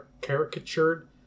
caricatured